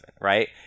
right